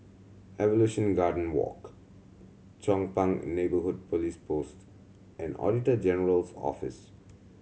Evolution Garden Walk Chong Pang Neighbourhood Police Post and Auditor General's Office